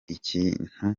ikintu